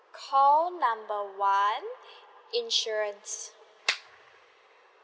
call number one insurance